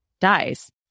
dies